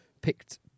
picked